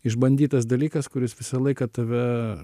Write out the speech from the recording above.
išbandytas dalykas kuris visą laiką tave